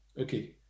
Okay